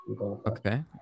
okay